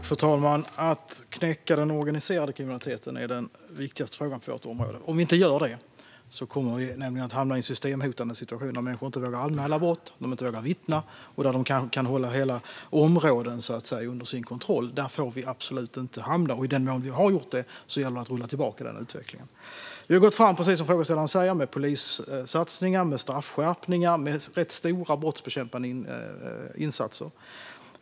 Fru talman! Att knäcka den organiserade kriminaliteten är den viktigaste frågan på detta område. Om vi inte gör det kommer vi nämligen att hamna i en systemhotande situation där människor inte vågar anmäla brott eller vittna och där kriminella kan hålla hela områden under sin kontroll. Där får vi absolut inte hamna, och i den mån vi redan har gjort det gäller det att rulla tillbaka den utvecklingen. Som frågeställaren säger har vi gått fram med polissatsningar, straffskärpningar och rätt stora brottsbekämpande insatser.